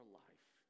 life